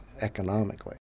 economically